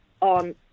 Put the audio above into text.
on